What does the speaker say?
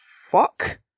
fuck